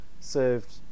served